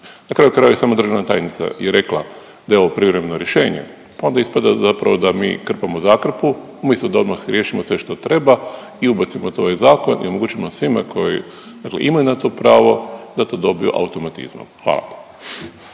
Na kraju krajeva i sama državna tajnica je rekla da je ovo privremeno rješenje pa onda ispada zapravo da mi krpamo zakrpu umjesto da odmah riješimo sve što treba i ubacimo to u ovaj zakon i omogućimo svima koji dakle imaju na to pravo da to dobiju automatizmom. Hvala.